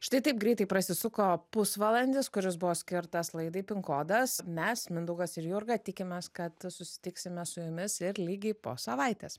štai taip greitai prasisuko pusvalandis kuris buvo skirtas laidai pin kodas mes mindaugas ir jurga tikimės kad susitiksime su jumis ir lygiai po savaitės